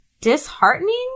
disheartening